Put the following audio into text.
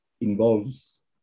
involves